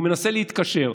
והוא מנסה להתקשר.